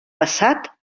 passat